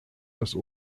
das